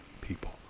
people